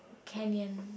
canyon